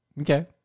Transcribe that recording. Okay